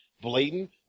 blatant